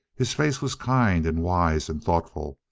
his face was kind, and wise and thoughtful,